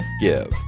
give